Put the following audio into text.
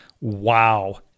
wow